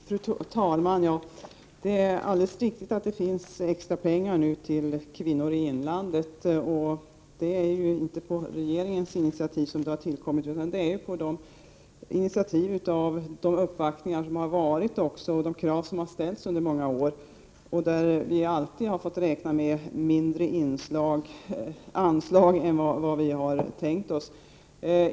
Fru talman! Det är alldeles riktigt att det nu finns extra pengar för kvinnor i inlandskommunerna. Men det är ju inte på regeringens initiativ som dessa har tillkommit, utan efter de uppvaktningar som varit och de krav som har ställts under många år. Där har vi alltid fått räkna med mindre anslag än vad vi tänkt oss.